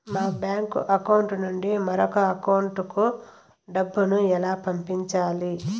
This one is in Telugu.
మా బ్యాంకు అకౌంట్ నుండి మరొక అకౌంట్ కు డబ్బును ఎలా పంపించాలి